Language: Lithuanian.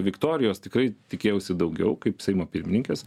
viktorijos tikrai tikėjausi daugiau kaip seimo pirmininkės